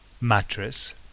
mattress